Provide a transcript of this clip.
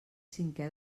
cinqué